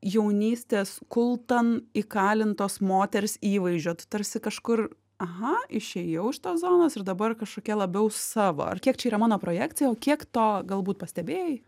jaunystės kultan įkalintos moters įvaizdžio tu tarsi kažkur aha išėjau iš tos zonos ir dabar kažkokia labiau savo ar kiek čia yra mano projekcija o kiek to galbūt pastebėjai